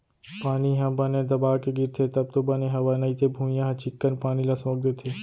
पानी ह बने दबा के गिरथे तब तो बने हवय नइते भुइयॉं ह चिक्कन पानी ल सोख देथे